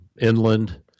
inland